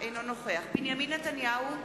אינו נוכח בנימין נתניהו,